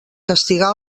castigar